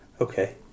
Okay